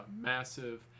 massive